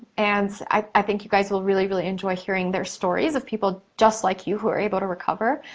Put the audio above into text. and i think you guys will really, really, enjoy hearing their stories of people just like you who are able to recover.